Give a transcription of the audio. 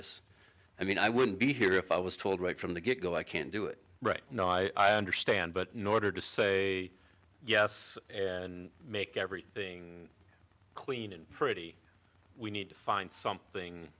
this i mean i wouldn't be here if i was told right from the get go i can't do it right no i understand but nor to say yes and make everything clean and pretty we need to find something